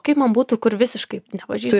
kaip man būtų kur visiškai nepažįstu